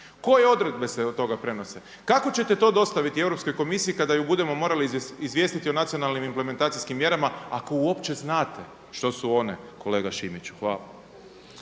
Koje odredbe se od toga prenose? Kako ćete to dostaviti Europskoj komisiji kada ju budemo morali izvijestiti o nacionalnim implementacijskim mjerama ako uopće znate što su one kolega Šimiću. Hvala.